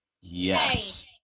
Yes